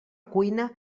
cuina